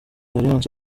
alliance